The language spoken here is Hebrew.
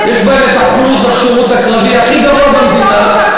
יש בהן אחוז השירות הקרבי הכי גבוה במדינה,